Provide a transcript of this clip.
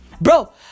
bro